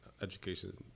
education